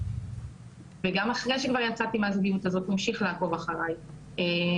כמו שאני עשיתי כשגיליתי שיש מעקב על הפלאפון שלי,